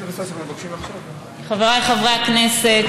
חבריי חברי הכנסת,